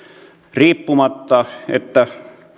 riippumatta että